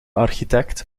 architect